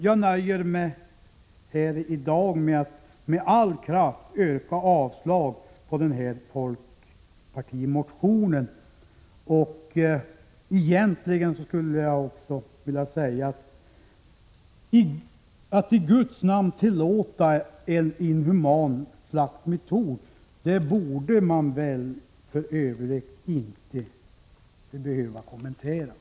Jag nöjer mig dock i dag med att med all kraft yrka avslag på folkpartimotionen. Att man i Guds namn tillåter en inhuman slaktmetod borde för övrigt inte behöva kommenteras.